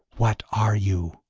what are you?